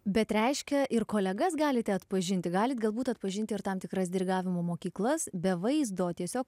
bet reiškia ir kolegas galite atpažinti galit galbūt atpažinti ir tam tikras dirigavimo mokyklas be vaizdo tiesiog